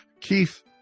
Keith